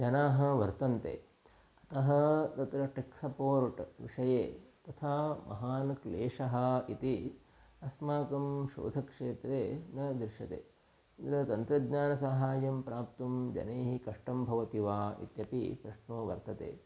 जनाः वर्तन्ते अतः तत्र टेक्सपोर्ट् विषये तथा महान् क्लेशः इति अस्माकं शोधनक्षेत्रे न दृश्यते तन्त्रज्ञानसहायं प्राप्तुं जनैः कष्टं भवति वा इत्यपि प्रश्नो वर्तते